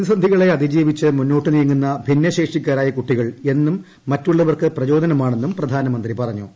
പ്രതിസന്ധികളെ അതിജീവിച്ച് മുന്നോട്ട് നീങ്ങുന്ന ഭിന്നശേഷിക്കാരായ കുട്ടികൾ എന്നും മറ്റുള്ള്വർക്ക് പ്രചോദനമാണെന്നും പ്രധാനമന്ത്രി പറഞ്ഞു